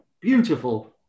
beautiful